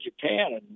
Japan